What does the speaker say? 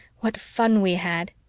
what fun we had!